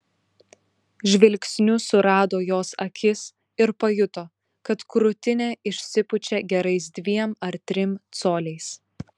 žvilgsniu surado jos akis ir pajuto kad krūtinė išsipučia gerais dviem ar trim coliais